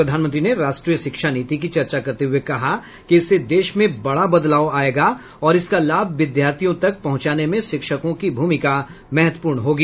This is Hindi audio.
प्रधानमंत्री ने राष्ट्रीय शिक्षा नीति की चर्चा करते हुए कहा कि इससे देश में बडा बदलाव आएगा और इसका लाभ विद्यार्थियों तक पहुंचाने में शिक्षकों की भूमिका महत्वपूर्ण होगी